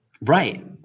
right